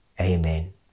Amen